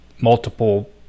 multiple